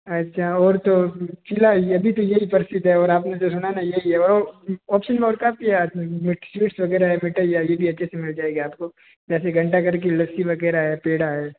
अच्छा और तो किला अभी तो यही प्रसिद्ध है और अपने जो सुना ना यही है और ऑप्शन और काफ़ी स्वीट्स वग़ैरह है मिठाई है ये भी अच्छे से मिल जाएगी आप को जैसे घंटा घर की लस्सी वग़ैरह है पेड़ा है